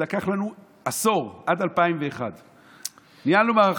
זה לקח לנו עשור, עד 2001. ניהלנו מערכה.